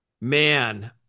Man